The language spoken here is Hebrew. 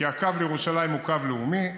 כי הקו לירושלים הוא קו לאומי,